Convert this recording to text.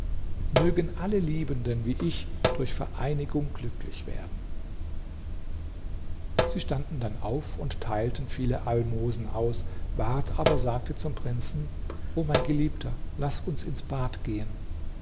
mögen alle liebenden wie ich durch vereinigung glücklich werden sie standen dann auf und teilten viele almosen aus ward aber sagte zum prinzen o mein geliebter laß uns ins bad gehen